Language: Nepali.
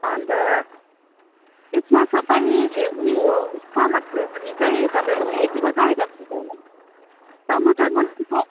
अन्त यसमा सबै उयो सलादको लागि चाहिँ तपाईँकोमा यति मात्र आइटम हुन्छ होला है टमाटर कति छ